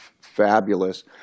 Fabulous